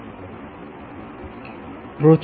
আমরা পণ্য কী ভাবে তৈরি করি